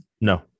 No